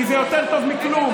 כי זה יותר טוב מכלום.